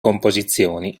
composizioni